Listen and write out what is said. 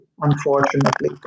unfortunately